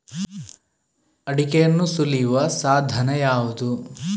ಅಡಿಕೆಯನ್ನು ಸುಲಿಯುವ ಸಾಧನ ಯಾವುದು?